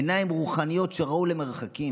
עיניים רוחניות שראו למרחקים,